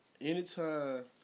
anytime